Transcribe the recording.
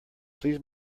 please